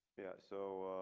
yeah, so